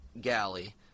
galley